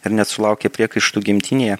ir net sulaukė priekaištų gimtinėje